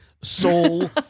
Soul